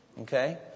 Okay